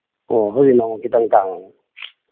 ꯑꯣ ꯍꯧꯖꯤꯛꯅ ꯑꯃꯨꯛ ꯈꯤꯇꯪ ꯇꯥꯡꯉꯦ